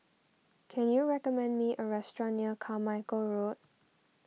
can you recommend me a restaurant near Carmichael Road